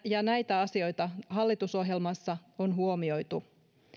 ja näitä asioita hallitusohjelmassa on huomioitu